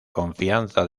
confianza